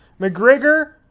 McGregor